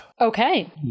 okay